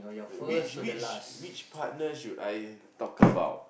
which which which partner should I talk about